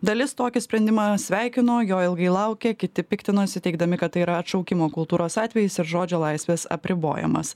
dalis tokį sprendimą sveikino jo ilgai laukė kiti piktinosi teigdami kad tai yra atšaukimo kultūros atvejis ir žodžio laisvės apribojimas